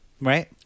Right